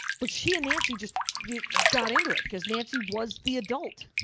but she and nancy just got into it. because nancy was the adult,